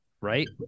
right